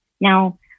Now